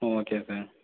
ம் okay sir